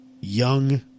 young